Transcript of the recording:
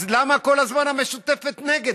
אז למה כל הזמן המשותפת נגד?